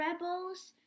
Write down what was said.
rebels